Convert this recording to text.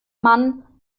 mann